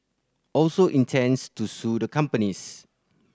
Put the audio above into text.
also intends to sue the companies